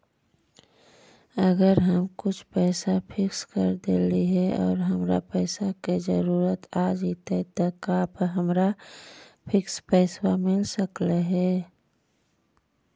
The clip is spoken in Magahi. अगर हम कुछ पैसा फिक्स कर देली हे और हमरा पैसा के जरुरत आ जितै त का हमरा फिक्स पैसबा मिल सकले हे?